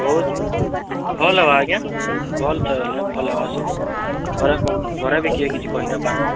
ବହୁତ୍ ଭଲ୍ ହେବା ଆଜ୍ଞା ଭଲ୍ ଚାଉଲ୍ ଆଏ ଭଲ୍ ହେବା ସବୁ ଘରେ ଘରେ ବି କିଏ କିଛି କହିନାଇ ପାରନ୍